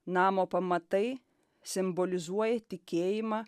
namo pamatai simbolizuoja tikėjimą